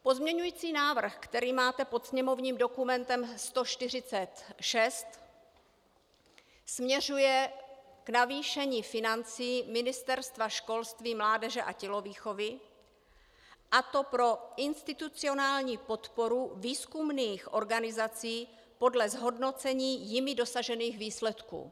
Pozměňovací návrh, který máte pod sněmovním dokumentem 146, směřuje k navýšení financí Ministerstva školství, mládeže a tělovýchovy, a to pro institucionální podporu výzkumných organizací podle zhodnocení jimi dosažených výsledků.